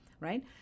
right